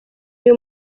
uyu